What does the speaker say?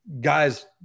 Guys